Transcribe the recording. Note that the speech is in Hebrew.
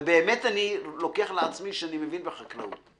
ובאמת אני לוקח על עצמי שאני מבין בחקלאות,